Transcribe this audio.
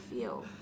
feel